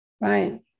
right